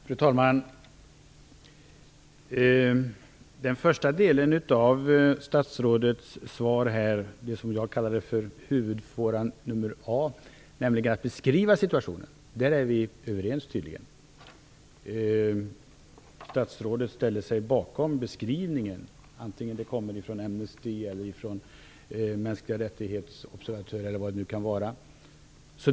Fru talman! Beträffande den första delen av statsrådets svar, som jag kallade huvudfåra a, nämligen när det gäller att beskriva situationen, är vi tydligen överens. Statsrådet ställde sig bakom beskrivningen antingen den kommer från Amnesty, mänskliga rättighetsobservatörer eller vad det kan vara.